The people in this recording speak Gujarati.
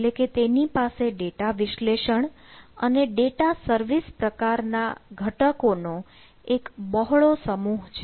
એટલે કે તેની પાસે ડેટા વિશ્લેષણ અને ડેટા સર્વિસ પ્રકારના ઘટકોનો એક બહોળો સમૂહ છે